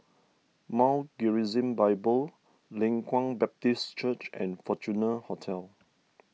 Mount Gerizim Bible Leng Kwang Baptist Church and Fortuna Hotel